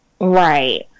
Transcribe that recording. Right